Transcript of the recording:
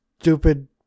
stupid